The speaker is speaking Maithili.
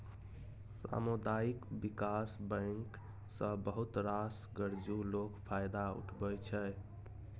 सामुदायिक बिकास बैंक सँ बहुत रास गरजु लोक फायदा उठबै छै